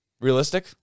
Realistic